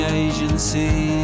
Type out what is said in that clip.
agency